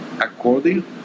according